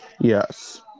Yes